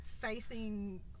facing